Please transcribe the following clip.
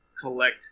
collect